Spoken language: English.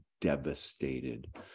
devastated